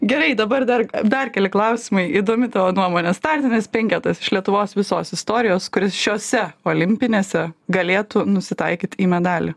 gerai dabar dar dar keli klausimai įdomi tavo nuomonė startinis penketas iš lietuvos visos istorijos kuris šiose olimpinėse galėtų nusitaikyt į medalį